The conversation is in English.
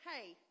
Hey